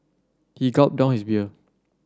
he gulped down his beer